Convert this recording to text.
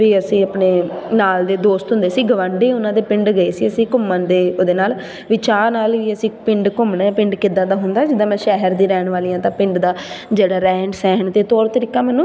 ਵੀ ਅਸੀਂ ਆਪਣੇ ਨਾਲ ਦੇ ਦੋਸਤ ਹੁੰਦੇ ਸੀ ਗੁਆਂਢੀ ਉਹਨਾਂ ਦੇ ਪਿੰਡ ਗਏ ਸੀ ਅਸੀਂ ਘੁੰਮਣ ਦੇ ਉਹਦੇ ਨਾਲ ਵੀ ਚਾਅ ਨਾਲ ਵੀ ਅਸੀਂ ਪਿੰਡ ਘੁੰਮਣਾ ਪਿੰਡ ਕਿੱਦਾਂ ਦਾ ਹੁੰਦਾ ਜਿੱਦਾਂ ਮੈਂ ਸ਼ਹਿਰ ਦੀ ਰਹਿਣ ਵਾਲੀ ਹਾਂ ਤਾਂ ਪਿੰਡ ਦਾ ਜਿਹੜਾ ਰਹਿਣ ਸਹਿਣ ਅਤੇ ਤੌਰ ਤਰੀਕਾ ਮੈਨੂੰ